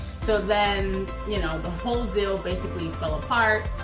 so then you know the whole deal basically fell apart.